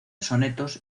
sonetos